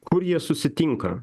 kur jie susitinka